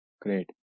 great